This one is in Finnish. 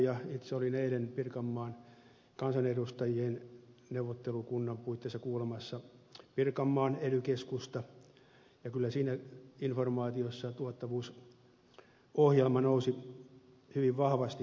itse olin eilen pirkanmaan kansanedustajien neuvottelukunnan puitteissa kuulemassa pirkanmaan ely keskusta ja kyllä siinä informaatiossa tuottavuusohjelma nousi hyvin vahvasti esille